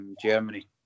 Germany